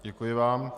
Děkuji vám.